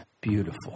beautiful